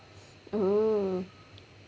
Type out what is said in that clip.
mm